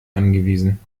angewiesen